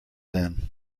then